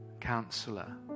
counselor